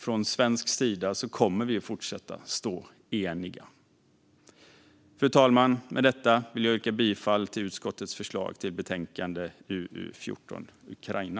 Från svensk sida kommer vi att fortsätta att stå eniga. Fru talman! Med detta vill jag yrka bifall till utskottets förslag i betänkande UU14 Ukraina .